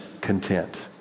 content